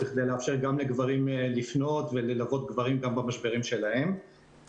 בכדי לאפשר גם לגברים לפנות וללוות גברים גם במשברים שלהם.